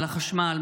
על החשמל,